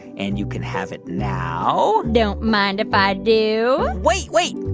and you can have it now. don't mind if i do wait. wait.